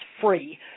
free